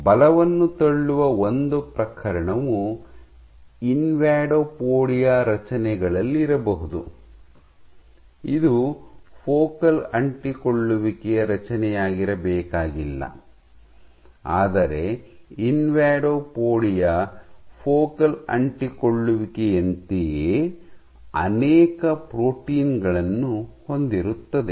ಬಲವನ್ನು ತಳ್ಳುವ ಒಂದು ಪ್ರಕರಣವು ಇನ್ವಾಡೋಪೊಡಿಯಾ ದ ರಚನೆಗಳಲ್ಲಿರಬಹುದು ಇದು ಫೋಕಲ್ ಅಂಟಿಕೊಳ್ಳುವಿಕೆಯ ರಚನೆಯಾಗಿರಬೇಕಾಗಿಲ್ಲ ಆದರೆ ಇನ್ವಾಡೋಪೊಡಿಯಾ ವು ಫೋಕಲ್ ಅಂಟಿಕೊಳ್ಳುವಿಕೆಯಂತೆಯೇ ಅನೇಕ ಪ್ರೋಟೀನ್ ಗಳನ್ನು ಹೊಂದಿರುತ್ತದೆ